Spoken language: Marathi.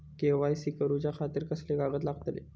के.वाय.सी करूच्या खातिर कसले कागद लागतले?